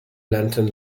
lantern